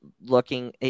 looking